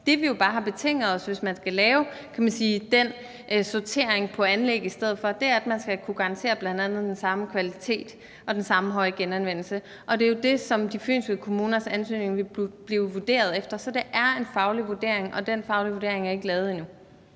Det, vi jo bare har betinget os, hvis man skal lave den sortering på anlæg i stedet for, er, at man skal kunne garantere bl.a. den samme kvalitet og den samme høje genanvendelse, og det er jo det, som de fynske kommuners ansøgning vil blive vurderet efter. Så det er en faglig vurdering, og den faglige vurdering er ikke lavet endnu.